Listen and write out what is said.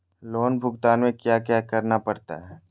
loan भुगतान में क्या क्या करना पड़ता है